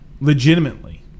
legitimately